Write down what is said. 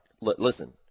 listen